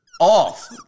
Off